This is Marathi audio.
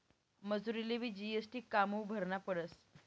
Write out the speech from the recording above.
मजुरलेबी जी.एस.टी कामु भरना पडस?